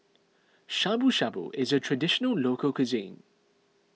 Shabu Shabu is a Traditional Local Cuisine